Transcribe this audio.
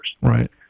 Right